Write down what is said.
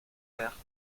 faire